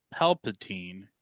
Palpatine